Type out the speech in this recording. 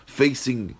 facing